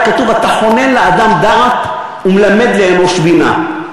הרי כתוב: "אתה חונן לאדם דעת ולאנוש מלמד בינה".